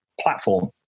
platform